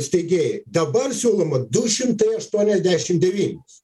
steigėjai dabar siūloma du šimtai aštuoniasdešim devynis